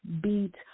beat